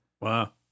Wow